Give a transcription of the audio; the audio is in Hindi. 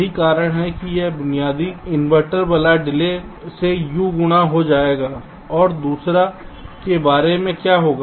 यही कारण है कि यह बुनियादी पलटनेवाला डिले से यू गुणा हो जाएगा और दूसरे के बारे में क्या होगा